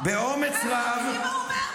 תשמעו מה הוא אומר פה --- באומץ רב,